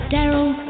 Daryl